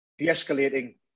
de-escalating